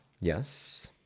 yes